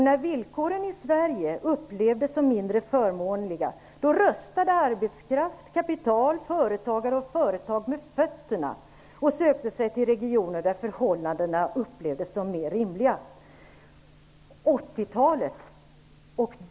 När villkoren i Sverige upplevdes som mindre förmånliga röstade arbetskraft, kapital, företagare och företag med fötterna och sökte sig till regioner där förhållandena upplevdes som mer rimliga.